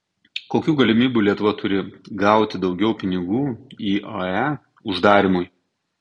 kokių galimybių lietuva turi gauti daugiau pinigų iae uždarymui